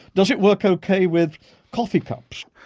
does it work ok with coffee cups?